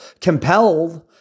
compelled